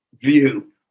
view